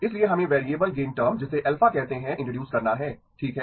इसलिए हमें variable gain term जिसे α कहते हैं इंट्रोडूस करना है ठीक है